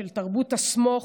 של תרבות ה"סמוך",